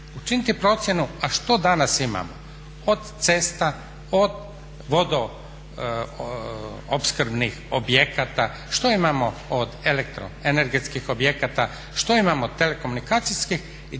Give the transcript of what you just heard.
učiniti procjenu a što danas imamo od cesta, od vodoopskrbnih objekata, što imamo od elektro energetskih objekata, što imamo od telekomunikacijskih i